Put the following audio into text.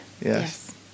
yes